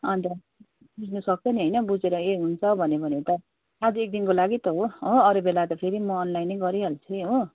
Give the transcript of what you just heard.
अन्त मिल्नसक्छ नि होइन बुझेर यही हुन्छ भन्यो भने त आज एक दिनको लागि त हो हो अरू बेला त फेरि म अनलाइनै गरिहाल्छु हो